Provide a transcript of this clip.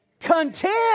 content